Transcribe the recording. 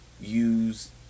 use